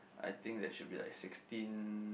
I think there should be like sixteen